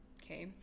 okay